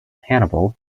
hannibal